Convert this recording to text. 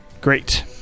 Great